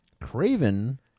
craven